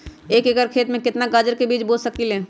एक एकर खेत में केतना गाजर के बीज बो सकीं ले?